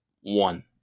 one